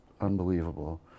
unbelievable